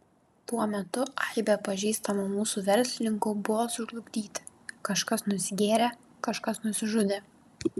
tuo metu aibė pažįstamų mūsų verslininkų buvo sužlugdyti kažkas nusigėrė kažkas nusižudė